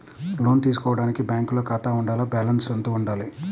లోను తీసుకోవడానికి బ్యాంకులో ఖాతా ఉండాల? బాలన్స్ ఎంత వుండాలి?